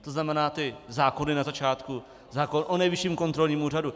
To znamená ty zákony na začátku, zákon o Nejvyšším kontrolním úřadu?